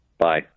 Bye